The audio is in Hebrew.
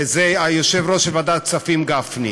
וזה היושב-ראש של ועדת הכספים, גפני.